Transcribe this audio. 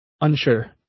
unsure